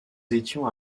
étions